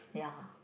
ya